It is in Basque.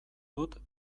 dut